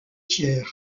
thiers